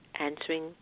answering